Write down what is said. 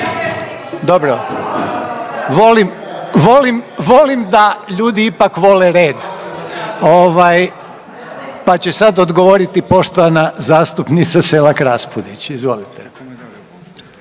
Dobro. Volim da ljudi ipak vole red, pa će sad odgovoriti poštovana zastupnica Selak-Raspudić. Izvolite.